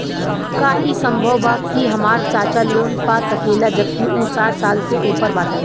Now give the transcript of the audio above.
का ई संभव बा कि हमार चाचा लोन पा सकेला जबकि उ साठ साल से ऊपर बाटन?